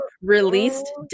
released